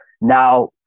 Now